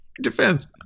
Defense